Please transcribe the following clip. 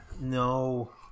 No